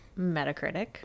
Metacritic